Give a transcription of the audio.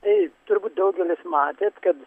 tai turbūt daugelis matėt kad